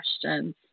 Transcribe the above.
questions